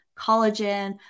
collagen